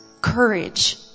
courage